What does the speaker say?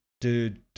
Dude